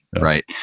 right